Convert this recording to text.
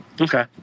okay